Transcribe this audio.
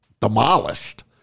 demolished